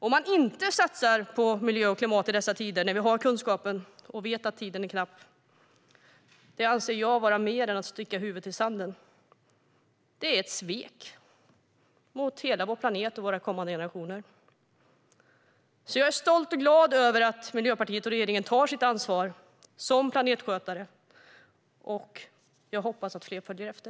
Att inte satsa på miljö och klimat i dessa tider, när vi har kunskapen och vet att tiden är knapp, anser jag vara mer än att sticka huvudet i sanden. Det är ett svek mot hela vår planet och kommande generationer. Jag är därför stolt och glad över att Miljöpartiet och regeringen tar sitt ansvar som planetskötare, och jag hoppas att fler följer efter.